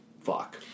fuck